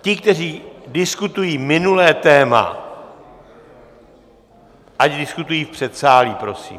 Ti, kteří diskutují minulé téma, ať diskutují v předsálí, prosím.